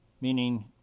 meaning